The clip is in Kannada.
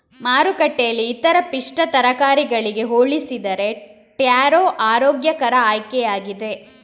ಮಾರುಕಟ್ಟೆಯಲ್ಲಿ ಇತರ ಪಿಷ್ಟ ತರಕಾರಿಗಳಿಗೆ ಹೋಲಿಸಿದರೆ ಟ್ಯಾರೋ ಆರೋಗ್ಯಕರ ಆಯ್ಕೆಯಾಗಿದೆ